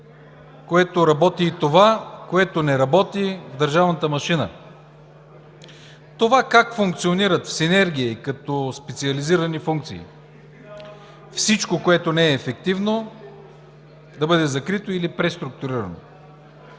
което работи, и това, което не работи в държавната машина – това как функционират в синергия и като специализирани функции. Всичко, което не е ефективно, да бъде закрито или преструктурирано.